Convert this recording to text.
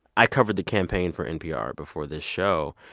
i covered the campaign for npr before this show,